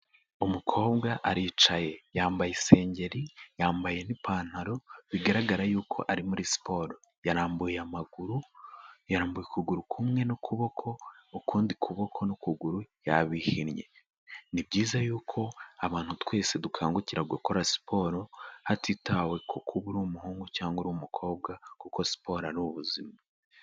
Umukobwa aricaye yambaye isengeri, yambaye n'ipantaro bigaragara yuko ari muri siporo, yarambuye amaguru, yarambuye ukuguru kumwe n'ukuboko ukundi kuboko n'ukuguru yabihinnye, ni byiza yuko abantu twese dukangukira gukora siporo hatitawe ku kuba uri umuhungu cyangwa uri umukobwa kuko siporo ari ubuzima.